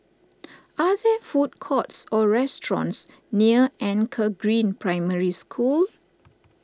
are there food courts or restaurants near Anchor Green Primary School